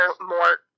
more